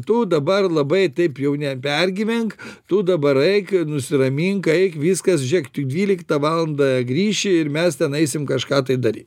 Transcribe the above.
tu dabar labai taip jau nepergyvenk tu dabar eik nusiramink eik viskas žėk tu dvyliktą valandą grįši ir mes ten eisim kažką tai dary